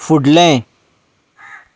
फुडलें